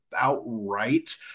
outright